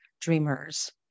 dreamers